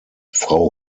frau